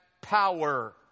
power